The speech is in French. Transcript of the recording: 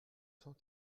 cent